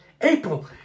April